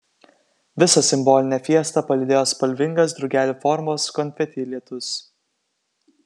visą simbolinę fiestą palydėjo spalvingas drugelių formos konfeti lietus